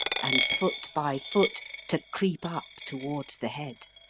and foot by foot to creep up towards the head.